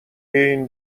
این